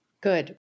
good